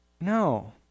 No